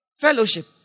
fellowship